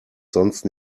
sonst